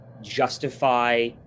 justify